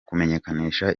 kumenyekanisha